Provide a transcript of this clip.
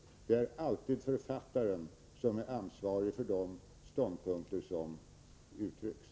Det är då alltid författaren som är ansvarig för de ståndpunkter som uttrycks.